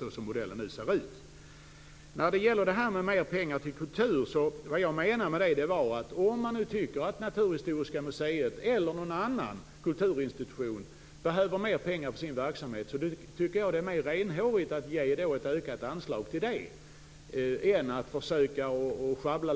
Vad jag menade med uttalandet om mer pengar till kultur var att om man tycker att Naturhistoriska museet eller någon annan kulturinstitution behöver mer pengar för sin verksamhet, är det mer renhårigt att ge ett ökat anslag till det än att sjabbla